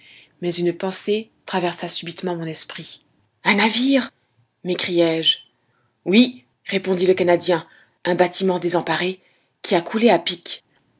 mais une pensée traversa subitement mon esprit un navire m'écriai-je oui répondit le canadien un bâtiment désemparé qui a coule a pic